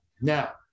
Now